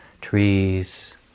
trees